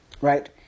Right